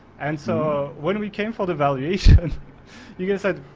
and so when we came for the valuation you guys said,